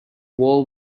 wall